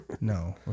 no